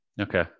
Okay